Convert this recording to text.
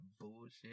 bullshit